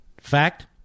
fact